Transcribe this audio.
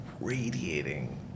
radiating